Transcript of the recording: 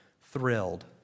thrilled